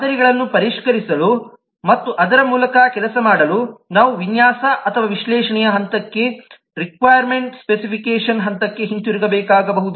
ಮಾದರಿಗಳನ್ನು ಪರಿಷ್ಕರಿಸಲು ಮತ್ತು ಅದರ ಮೂಲಕ ಕೆಲಸ ಮಾಡಲು ನಾವು ವಿನ್ಯಾಸ ಅಥವಾ ವಿಶ್ಲೇಷಣೆಯ ಹಂತಕ್ಕೆ ಅಥವಾ ರಿಕ್ವಾಯ್ರ್ಮೆಂಟ್ ಸ್ಪೆಸಿಫಿಕೇಷನ್ ಹಂತಕ್ಕೆ ಹಿಂತಿರುಗಬೇಕಾಗಬಹುದು